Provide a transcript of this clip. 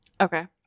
Okay